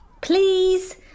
Please